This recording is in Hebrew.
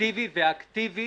אפקטיבי ואקטיבי